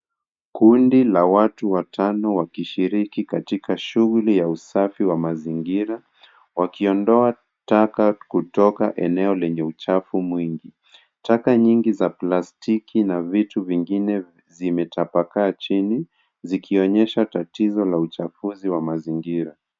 Kundi la watu watano wakishiriki katika shughuli ya usafi wa mazingira wakiondoa taka kutoka eneo lenye uchafu mwingi. Taka nyingi za plastiki na vitu vingine zimetapakaa chini zikionyesha tatizo la uchafuzi wa mazingira.